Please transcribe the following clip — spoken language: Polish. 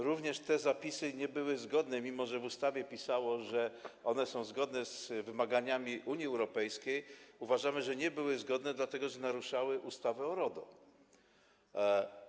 Również te zapisy nie były zgodne, mimo że w ustawie pisano, że są one zgodne z wymaganiami Unii Europejskiej, uważamy, że nie były one zgodne, dlatego że naruszały ustawę o RODO.